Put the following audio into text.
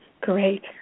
Great